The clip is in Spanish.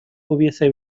hubiese